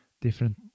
different